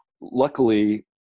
Luckily